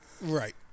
Right